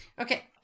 okay